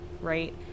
right